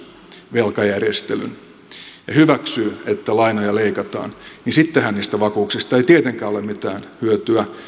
velkajärjestelyn ja hyväksyy että lainoja leikataan niin sittenhän niistä vakuuksista ei tietenkään ole mitään hyötyä